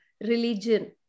religion